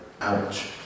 Ouch